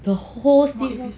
the whole